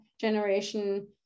generation